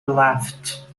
left